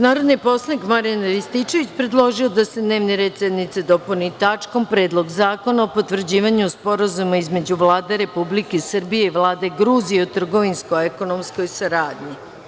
Narodni poslanik Marijan Rističević predložio je da se dnevni red sednice dopuni tačkom – Predlog zakona o potvrđivanju Sporazuma između Vlade Republike Srbije i Vlade Gruzije o trgovinsko-ekonomskoj saradnji.